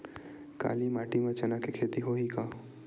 काली माटी म चना के खेती होही का?